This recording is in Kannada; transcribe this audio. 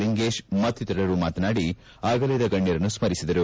ಲಿಂಗೇಶ್ ಮಕ್ತಿತರರು ಮಾತನಾಡಿ ಅಗಲಿದ ಗಣ್ಯರನ್ನು ಸ್ಥರಿಸಿದರು